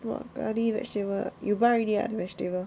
!wah! curry vegetable ah you buy already ah vegetable